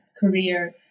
career